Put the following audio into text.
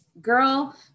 girl